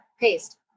paste